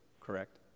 correct